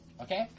Okay